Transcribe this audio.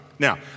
Now